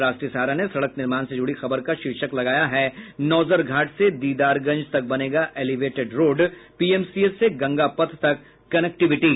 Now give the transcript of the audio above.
राष्ट्रीय सहारा ने सड़क निर्माण से जुड़ी खबर का शीर्षक लगाया है नौजरघट से दीदारगंज तक बनेगा एलिवेटेड रोड पीएमसीएच से गंगा पथ तक कनेक्टिविटी